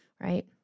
right